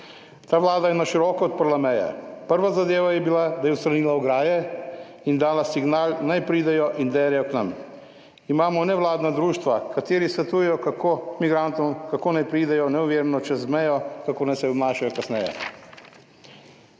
Ta Vlada je na široko odprla meje. Prva zadeva je bila, da je odstranila ograje in dala signal, naj pridejo in derejo k nam. Imamo nevladna društva, kateri svetujejo, kako, migrantom, kako naj pridejo neovirano čez mejo, kako naj se obnašajo kasneje.